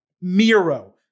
Miro